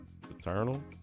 paternal